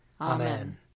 Amen